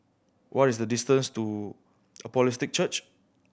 what is the distance to Apostolic Church